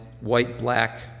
white-black